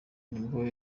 nibwo